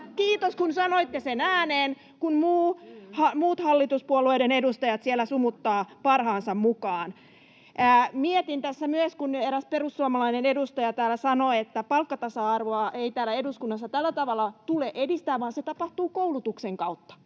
Kiitos, kun sanoitte sen ääneen, kun muut hallituspuolueiden edustajat siellä sumuttavat parhaansa mukaan. Mietin tässä myös, kun eräs perussuomalainen edustaja täällä sanoi, että palkkatasa-arvoa ei täällä eduskunnassa tällä tavalla tule edistää vaan se tapahtuu koulutuksen kautta